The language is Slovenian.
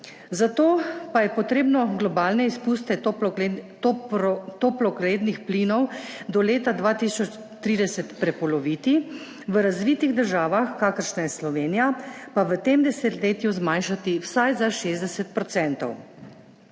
zato pa je potrebno globalne izpuste toplogrednih plinov do leta 2030 prepoloviti. V razvitih državah, kakršna je Slovenija, pa v tem desetletju zmanjšati vsaj za 60 %.